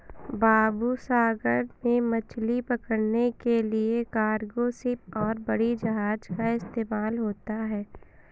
बाबू सागर में मछली पकड़ने के लिए कार्गो शिप और बड़ी जहाज़ का इस्तेमाल होता है